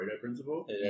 principle